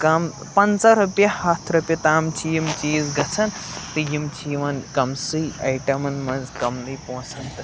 کَم پَنٛژاہ رۄپیہِ ہَتھ رۄپیہِ تام چھِ یِم چیٖز گَژھن تہٕ یِم چھِ یِوَان کَمسٕے آیٹَمَن منٛز کَمنٕے پونٛسَن تہٕ